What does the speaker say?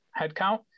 headcount